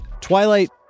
Twilight